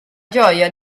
gioia